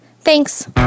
Thanks